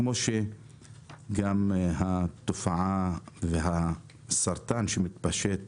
כמו גם בתופעה והסרטן שמתפשט